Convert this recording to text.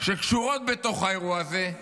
שקשורות בתוך האירוע הזה,